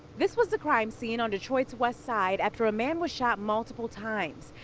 this was the crime scene on detroit's west side after a man was shot multiple times.